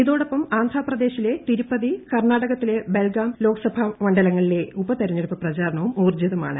ഇതോടൊപ്പം ആന്ധ്രാ പ്രദേശിലെ തിരുപ്പതി കർണാടകത്തിലെ ബെൽഗാം ലോക്സഭാ മണ്ഡലങ്ങളിലെ ഉപതെരഞ്ഞെടുപ്പ് പ്രചാരണവും ഊർജ്ജിതമാണ്